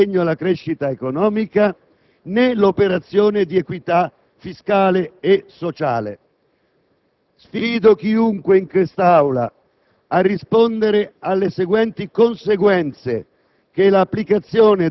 quando si aumentano le tasse si riduce la crescita economica. Quindi, il primo falso in comunicazione sociale che il Governo sta compiendo nei confronti di tutti i cittadini